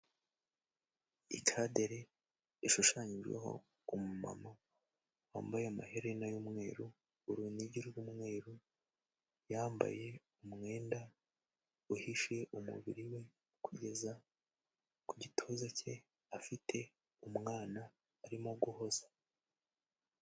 Ikadere ishushanyijeho umumama wambaye amaherena y'umweru, urunigi rw'umweru ,yambaye umwenda uhishe umubiri we kugeza ku gituza cye ,afite umwana arimo guhoza.